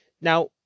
Now